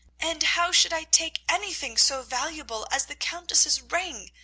and how should i take anything so valuable as the countess's ring?